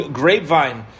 grapevine